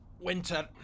Winter